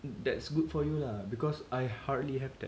that's good for you lah because I hardly have that